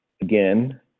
again